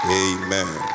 amen